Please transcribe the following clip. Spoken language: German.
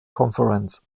conference